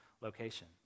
location